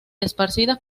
esparcidas